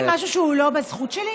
עשיתי משהו שהוא לא בזכות שלי?